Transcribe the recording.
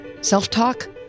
self-talk